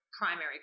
primary